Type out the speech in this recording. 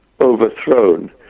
overthrown